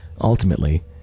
ultimately